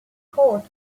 court